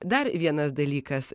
dar vienas dalykas